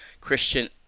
Christian